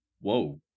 Whoa